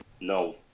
no